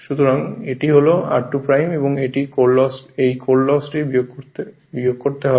সুতরাং এটি হল r2 এবং এই কোর লসটি বিয়োগ করতে হবে